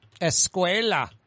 Escuela